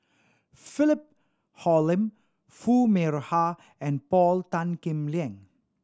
Philip Hoalim Foo Mee Har and Paul Tan Kim Liang